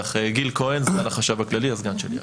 אני גיל כהן, סגן החשב הכללי, הסגן של יהלי.